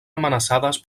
amenaçades